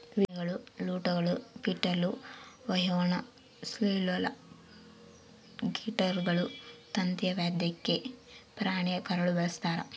ವೀಣೆಗಳು ಲೂಟ್ಗಳು ಪಿಟೀಲು ವಯೋಲಾ ಸೆಲ್ಲೋಲ್ ಗಿಟಾರ್ಗಳು ತಂತಿಯ ವಾದ್ಯಕ್ಕೆ ಪ್ರಾಣಿಯ ಕರಳು ಬಳಸ್ತಾರ